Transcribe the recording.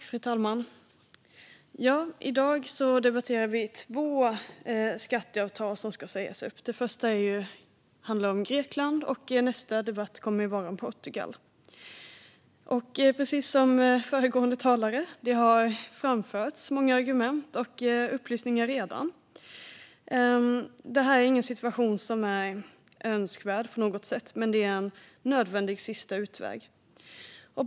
Fru talman! I dag debatterar vi två skatteavtal som ska sägas upp - det första handlar om Grekland och det andra om Portugal. Uppsägning av skatte-avtalet mellan Sverige och Grekland Det har framförts många argument och upplysningar redan. Detta är ingen situation som är önskvärd på något sätt, men det är en nödvändig sista utväg.